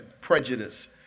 prejudice